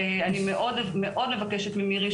אני מאוד מבקשת ממירי,